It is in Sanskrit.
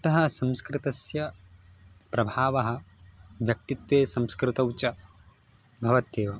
अतः संस्कृतस्य प्रभावः व्यक्तित्वे संस्कृतौ च भवत्येव